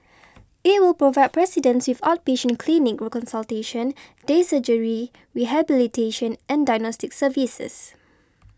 it will provide residents with outpatient clinic consultation day surgery rehabilitation and diagnostic services